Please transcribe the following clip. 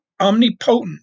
omnipotent